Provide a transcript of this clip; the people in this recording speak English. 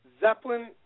Zeppelin